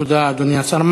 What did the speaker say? תודה, אדוני השר.